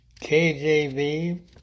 KJV